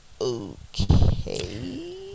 okay